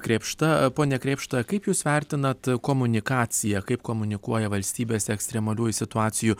krėpšta pone krėpšta kaip jūs vertinat komunikaciją kaip komunikuoja valstybės ekstremaliųjų situacijų